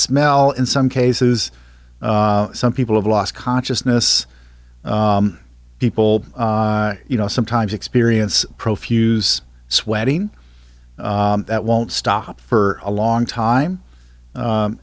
smell in some cases some people have lost consciousness people you know sometimes experience pro fuse sweating that won't stop for a long time